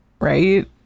Right